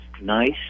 nice